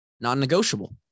Non-negotiable